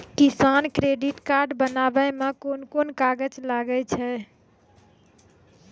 किसान credit card बनाबै मे कोन कोन कागज लागै छै?